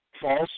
false